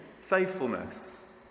faithfulness